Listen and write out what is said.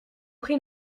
pris